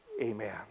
Amen